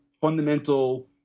fundamental